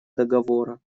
договора